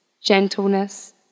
gentleness